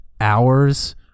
hours